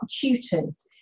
Tutors